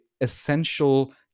essential